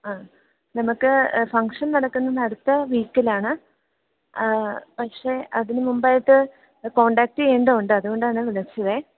അ നമുക്ക് ഫങ്ഷൻ നടക്കുന്നതടുത്ത വീക്കിലാണ് പക്ഷെ അതിനു മുമ്പായിട്ട് കോൺടാക്റ്റ് ചെയ്യേണ്ടതുണ്ട് അതു കൊണ്ടാണ് വിളിച്ചതേ